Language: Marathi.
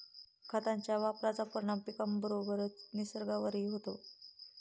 खतांच्या वापराचा परिणाम पिकाबरोबरच निसर्गावरही होतो